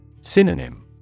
Synonym